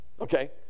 Okay